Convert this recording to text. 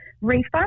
refund